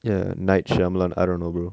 ya night shyamalan I don't know